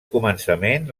començament